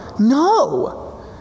No